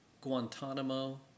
Guantanamo